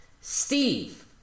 Steve